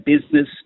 business